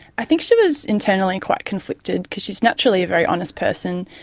i think she was internally quite conflicted because she is naturally a very honest person,